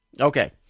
Okay